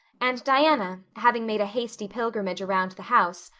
and diana, having made a hasty pilgrimage around the house,